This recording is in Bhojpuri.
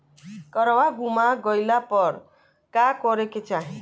काडवा गुमा गइला पर का करेके चाहीं?